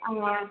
अब